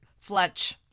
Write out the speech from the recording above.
Fletch